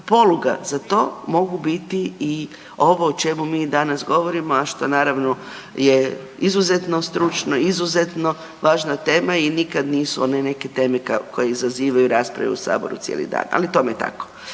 poluga za to mogu biti i ovo o čemu mi danas govorimo, a što naravno je izuzetno stručno, izuzetno važna tema i nikad nisu one neke teme koje izazivaju rasprave u Saboru cijeli dan, ali tome je tako.